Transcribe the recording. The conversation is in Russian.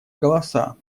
голоса